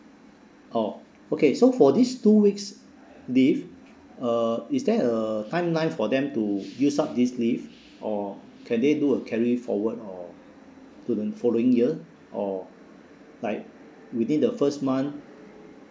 oh okay so for these two weeks leave uh is there a timeline for them to use up this leave or can they do a carry forward or to the following year or like within the first month